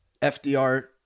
FDR